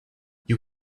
you